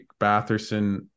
Batherson